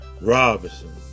Robinson